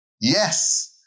yes